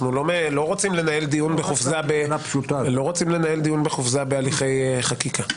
אנחנו לא רוצים לנהל דיון בחופזה בהליכי חקיקה.